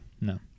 No